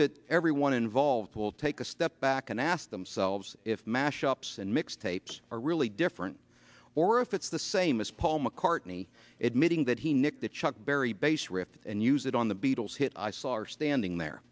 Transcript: that everyone involved will take a step back and ask themselves if mash ups and mix tapes are really different or if it's the same as paul mccartney admitting that he nicked the chuck berry bass riff and use it on the beatles hit i saw her standing there